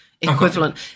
Equivalent